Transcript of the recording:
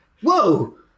Whoa